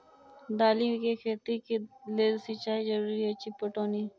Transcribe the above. दालि केँ खेती केँ लेल सिंचाई जरूरी अछि पटौनी?